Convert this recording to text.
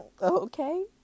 okay